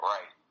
Right